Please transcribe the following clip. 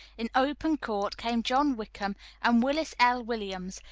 in open court came john wickham and willis l. williams,